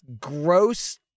gross